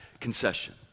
concession